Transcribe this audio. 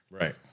Right